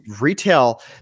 retail